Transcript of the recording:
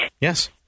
Yes